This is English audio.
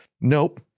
nope